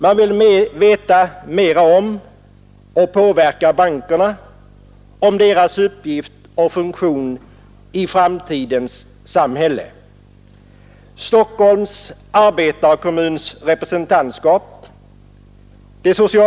Man vill veta mera om och påverka bankerna i deras uppgift och funktion i framtidens samhälle.